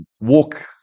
walk